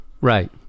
Right